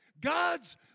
God's